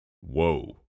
Whoa